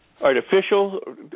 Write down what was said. artificial